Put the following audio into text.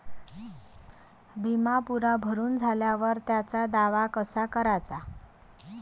बिमा पुरा भरून झाल्यावर त्याचा दावा कसा कराचा?